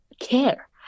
care